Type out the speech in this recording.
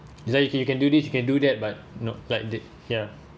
it's like if you can do this you can do that but no like they ya